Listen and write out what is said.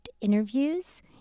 interviews